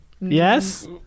Yes